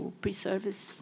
pre-service